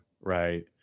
right